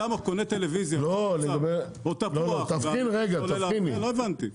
אתה קונה טלוויזיה או תפוח --- לא הבנתי.